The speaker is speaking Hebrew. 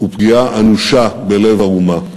ופגיעה אנושה בלב האומה,